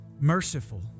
merciful